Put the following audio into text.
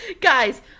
guys